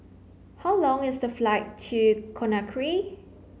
how long is the flight to Conakry